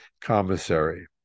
commissary